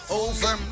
over